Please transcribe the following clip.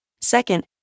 Second